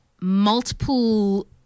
multiple